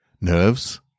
Nerves